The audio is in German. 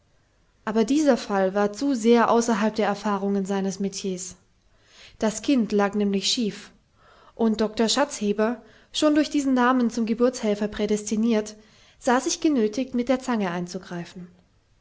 aber dieser fall war zu sehr außerhalb der erfahrungen seines metiers das kind lag nämlich schief und doktor schatzheber schon durch diesen namen zum geburtshelfer prädestiniert sah sich genötigt mit der zange einzugreifen